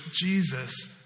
Jesus